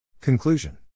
Conclusion